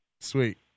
Sweet